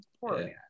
Poor